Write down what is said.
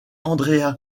andreas